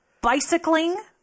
bicycling